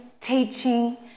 teaching